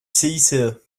cice